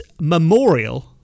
memorial